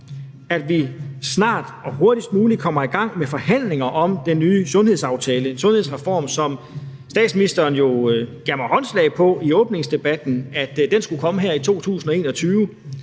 at vi snart og hurtigst muligt kommer i gang med forhandlinger om den nye sundhedsaftale – en sundhedsreform, som statsministeren jo gav mig håndslag på i åbningsdebatten skulle komme her i 2021.